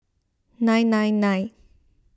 nine nine nine